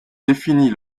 définit